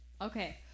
Okay